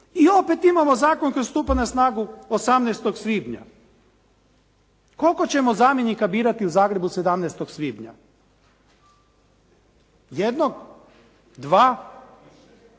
I opet imamo zakon koji stupa na snagu 18. svibnja. Koliko ćemo zamjenika birati u Zagrebu 17. svibnja? Jednog? Dva?